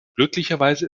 glücklicherweise